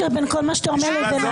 ישיבה זאת נעולה.